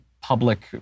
public